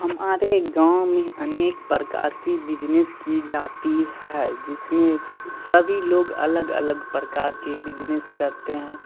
हमारे गाँव में अनेक प्रकार की बिजनेस की जाती है जिसमें सभी लोग अलग अलग प्रकार के बिजनेस करते हैं